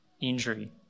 injury